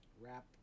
wrap